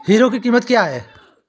Hero की कीमत क्या है?